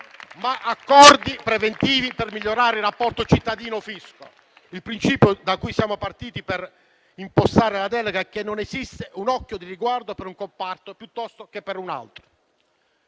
ma accordi preventivi per migliorare il rapporto tra il cittadino e il fisco. Il principio da cui siamo partiti per impostare la delega è che non esiste un occhio di riguardo per un comparto piuttosto che per un altro,